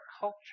culture